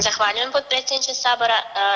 Zahvaljujem potpredsjedniče Sabora.